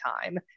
time